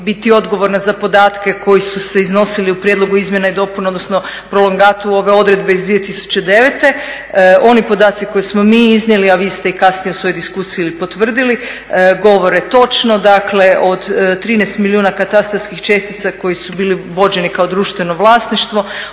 biti odgovorna za podatke koji su se iznosili u prijedlogu izmjena i dopuna, odnosno prolongatu ove odredbe iz 2009., oni podaci koje smo mi iznijeli, a vi ste i kasnije u svojoj diskusiji potvrdili govore točno, dakle od 13 milijuna katastarskih čestica koji su bili vođeni kao društveno vlasništvo,